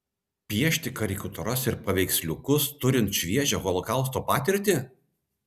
piešti karikatūras ir paveiksliukus turint šviežią holokausto patirtį